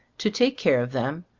to take care of them,